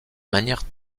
manière